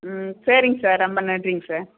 ம் சரிங்க சார் ரொம்ப நன்றிங்க சார்